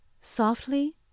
Softly